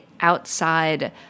outside